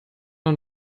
und